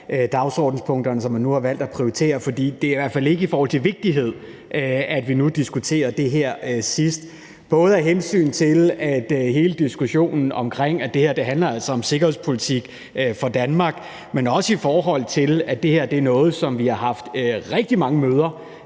dagsordenspunkterne, som man nu har valgt at prioritere dem. Det er i hvert fald ikke i forhold til vigtighed, at vi nu diskuterer det her sidst, både af hensyn til hele diskussionen omkring det her, som altså handler om sikkerhedspolitik for Danmark, men også i forhold til at det her er noget, som vi har haft rigtig mange møder